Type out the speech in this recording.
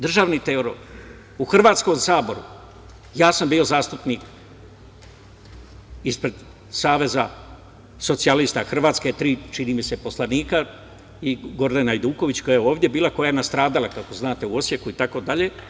Državni teror, u hrvatskom saboru, ja sam bio zastupnik ispred Saveza socijalista Hrvatske, tri čini mi se poslanika i Gordana Ajduković, koja je ovde bila, koja je nastradala kako znate u Osjeku itd.